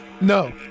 No